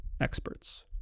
experts